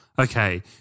okay